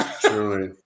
Truly